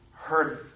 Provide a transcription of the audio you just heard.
heard